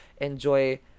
enjoy